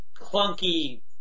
clunky